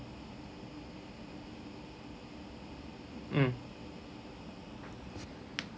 mm